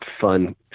fun